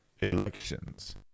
Elections